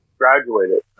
graduated